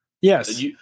Yes